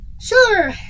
Sure